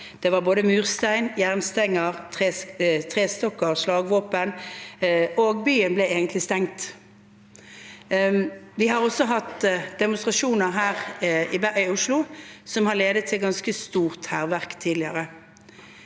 Det var både murstein, jernstenger, trestokker og slagvåpen, og byen ble egentlig stengt. Vi har også hatt demonstrasjoner her i Oslo tidligere som har ledet til ganske stort hærverk.